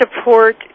support